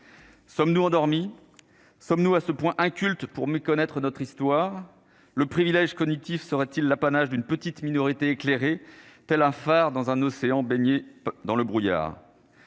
Sommes-nous endormi, sommes-nous à ce point inculte pour mieux connaître notre histoire le privilège collectif serait-il l'apanage d'une petite minorité éclairée Tell Afar dans un océan baigné dans le brouillard.